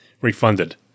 refunded